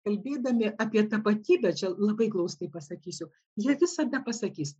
kalbėdami apie tapatybę čia labai glaustai pasakysiu jie visada pasakys